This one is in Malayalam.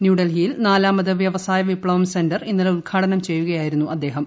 ന്യൂഡൽഹിയിൽ നാലാമത് വ്യവസായ വിപ്തവം സെന്റർ ഇന്നലെ ഉദ്ഘാടനം ചെയ്യുകയായിരുന്നു അദ്ദേഹം